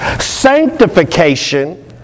sanctification